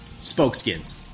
Spokeskins